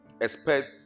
Expect